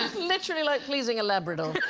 literally like pleasing a labrador